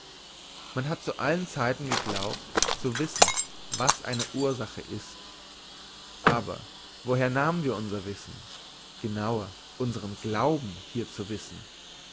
man hat zu allen zeiten geglaubt zu wissen was eine ursache ist aber woher nahmen wir unser wissen genauer unsern glauben hier zu wissen